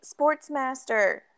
Sportsmaster